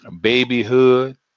babyhood